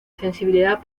sensibilidad